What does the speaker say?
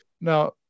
Now